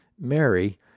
Mary